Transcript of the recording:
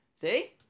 See